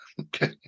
Okay